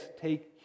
take